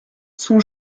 sont